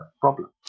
problem